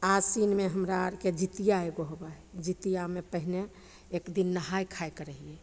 आसिनमे हमरा आरके जितिआ एगो होबै हइ जितिआमे पहिले एक दिन नहाइ खाइ करै हिए